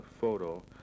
photo